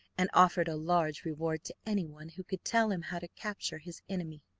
and offered a large reward to anyone who could tell him how to capture his enemy.